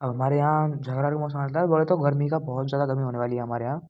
अब हमारे यहाँ वाला मौसम आता है बोले तो गर्मी का बहुत ज़्यादा गर्मी होने वाली हमारे यहाँ